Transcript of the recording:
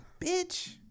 Bitch